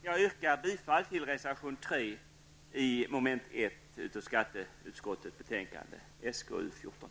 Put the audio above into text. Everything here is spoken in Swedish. Jag yrkar bifall till reservation nr 3 i mom. 1 i skatteutskottets bestänkande SkU14.